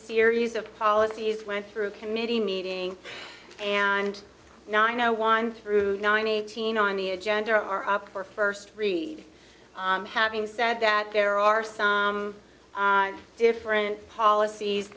series of policies went through a committee meeting and now i know one through nine eighteen on the agenda are up for first reading having said that there are some different policies